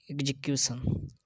execution